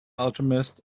alchemist